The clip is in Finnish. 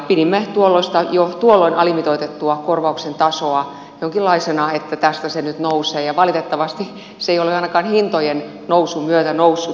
pidimme jo tuolloin alimitoitettua korvauksen tasoa jonkinlaisena että tästä se nyt nousee mutta valitettavasti se ei ole ainakaan hintojen nousun myötä noussut